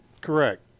Correct